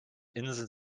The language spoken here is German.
inseln